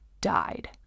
died